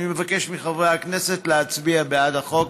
אני מבקש מחברי הכנסת להצביע בעד החוק.